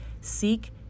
Seek